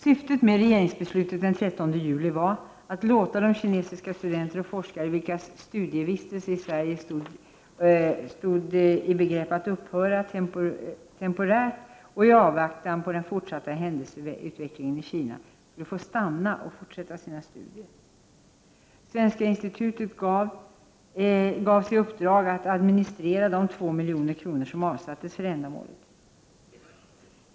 Syftet med regeringsbeslutet den 13 juli var att låta de kinesiska studenter och forskare vilkas studievistelse i Sverige stod i begrepp att upphöra, temporärt och i avvaktan på den fortsatta händelseutvecklingen i Kina, få stanna i Sverige och fortsätta sina studier. Svenska Institutet gavs i uppdrag att administrera de 2 milj.kr. som avsattes för ändamålet.